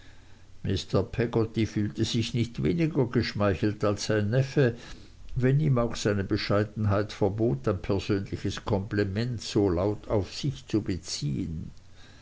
mr peggotty fühlte sich nicht weniger geschmeichelt als sein neffe wenn ihm auch seine bescheidenheit verbot ein persönliches kompliment so laut auf sich zu beziehen